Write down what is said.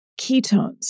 ketones